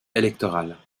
électorales